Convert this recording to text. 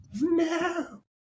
No